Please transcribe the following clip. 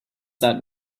that